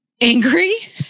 Angry